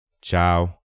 Ciao